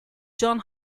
john